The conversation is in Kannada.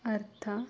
ಅರ್ಥ